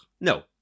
No